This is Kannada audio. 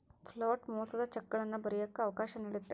ಫ್ಲೋಟ್ ಮೋಸದ ಚೆಕ್ಗಳನ್ನ ಬರಿಯಕ್ಕ ಅವಕಾಶ ನೀಡುತ್ತೆ